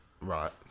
Right